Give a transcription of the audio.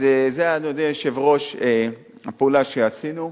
אז זה, אדוני היושב-ראש, הפעולה שעשינו.